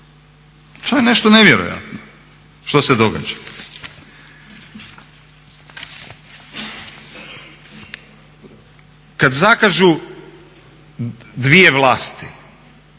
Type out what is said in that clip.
To je nešto nevjerojatno što se događa. Kada zakažu dvije vlasti,